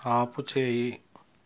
ఆపుచేయి